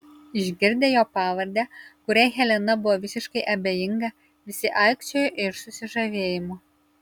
išgirdę jo pavardę kuriai helena buvo visiškai abejinga visi aikčiojo iš susižavėjimo